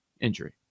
injury